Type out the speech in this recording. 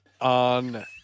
on –